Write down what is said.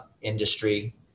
industry